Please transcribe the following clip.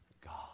God